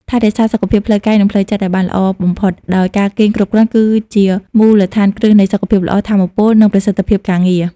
ថែរក្សាសុខភាពផ្លូវកាយ និងផ្លូវចិត្តឱ្យបានល្អបំផុតដោយការគេងគ្រប់គ្រាន់គឺជាមូលដ្ឋានគ្រឹះនៃសុខភាពល្អ ថាមពល និងប្រសិទ្ធភាពការងារ។